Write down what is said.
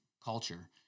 culture